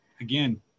again